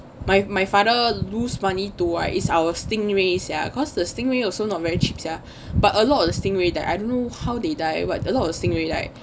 my my father lose money to right is our stingrays sia cause the stingray also not very cheap sia but a lot of the stingray that I don't know how they die what a lot of thing already die